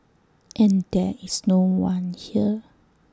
and there is no one here